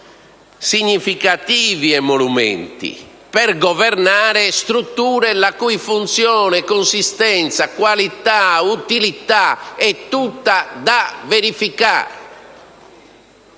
significativi emolumenti per governare strutture la cui funzione, consistenza, qualità e utilità è tutta da verificare.